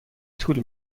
طول